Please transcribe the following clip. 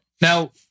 now